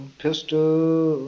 pistol